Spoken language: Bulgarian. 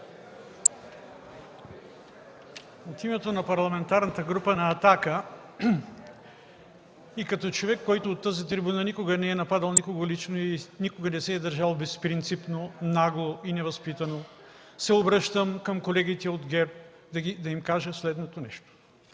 От името на Парламентарната група на „Атака” и като човек, който от тази трибуна не напада никога лично и никога не се е държал безпринципно, нагло и невъзпитано, се обръщам към колегите от ГЕРБ да им кажа следното нещо.